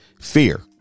Fear